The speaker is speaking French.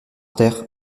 terre